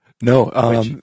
No